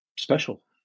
Special